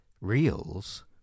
Reels